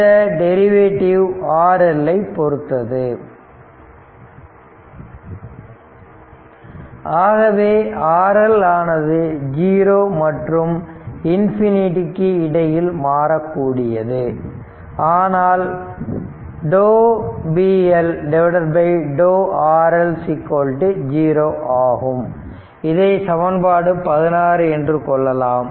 இந்த derivative RL ஐ பொருத்தது ஆகவே RL ஆனது ஜீரோ மற்றும் இன்ஃபினிட்டிக்கு இடையில் மாறக்கூடியதுஆனால் d p L d RL 0 ஆகும் இதை சமன்பாடு 16 என்று கொள்ளலாம்